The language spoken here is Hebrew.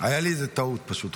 הייתה איזו טעות, פשוט.